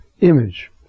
image